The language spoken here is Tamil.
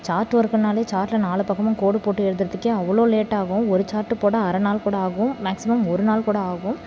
சார்ட் ஒர்க் பண்ணால் சார்ட்டில் நாலு பக்கமும் கோடு போட்டு எழுதுகிறத்துக்கே அவ்வளோ லேட் ஆகும் ஒரு சார்ட்டு போட அரை நாள் கூட ஆகும் மேக்சிமம் ஒரு நாள் கூட ஆகும்